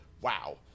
wow